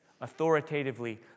authoritatively